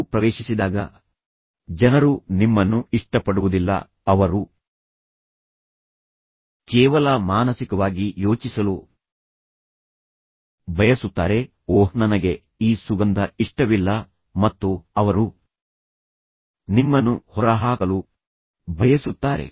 ನೀವು ಪ್ರವೇಶಿಸಿದಾಗ ಜನರು ನಿಮ್ಮನ್ನು ಇಷ್ಟಪಡುವುದಿಲ್ಲ ಅವರು ಕೇವಲ ಮಾನಸಿಕವಾಗಿ ಯೋಚಿಸಲು ಬಯಸುತ್ತಾರೆ ಓಹ್ ನನಗೆ ಈ ಸುಗಂಧ ಇಷ್ಟವಿಲ್ಲ ಮತ್ತು ಅವರು ನಿಮ್ಮನ್ನು ಹೊರಹಾಕಲು ಬಯಸುತ್ತಾರೆ